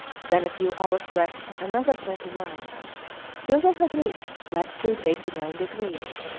then a few hours' rest and another twenty miles till they had reached latitude eighty nine degrees.